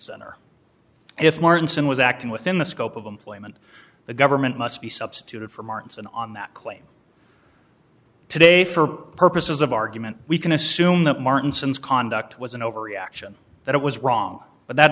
center if martin was acting within the scope of them claim and the government must be substituted for martinson on that claim today for purposes of argument we can assume that martin since conduct was an overreaction that it was wrong but that